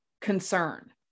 concern